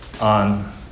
on